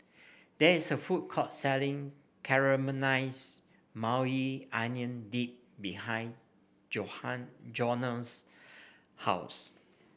there is a food court selling Caramelize Maui Onion Dip behind Johnna's house